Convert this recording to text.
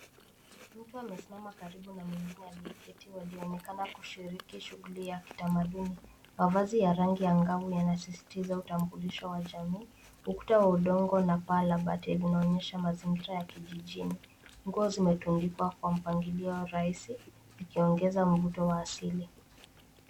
Mtu amesimama karibu na mwingine aliyeketi, walioonekana kushiriki shughuli ya kitamaduni. Mavazi ya rangi ya ngavu yanasisitiza utambulisho wa jamii. Ukuta wa udongo na paa la bati linaonyesha mazingira ya kijijini. Nguo zimetundikwa kwa mpangilio rahisi zikiongeza mvuto wa asili.